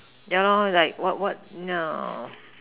yeah like what what yeah